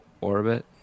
orbit